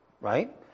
right